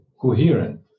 coherent